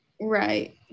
Right